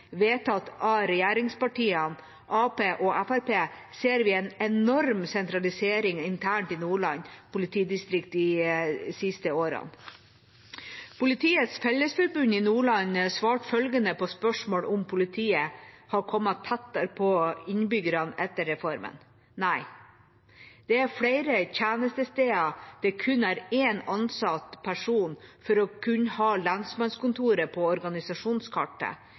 vedtatt av regjeringspartiene, Arbeiderpartiet og Fremskrittspartiet, ser vi en enorm sentralisering internt i Nordland politidistrikt de siste årene. Politiets Fellesforbund i Nordland svarte følgende på spørsmålet om politiet har kommet tettere på innbyggerne etter reformen: «Nei. Det er flere tjenestesteder det kun er ansatt en person for å kunne ha lensmannskontoret på organisasjonskartet.